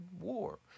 war